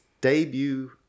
debut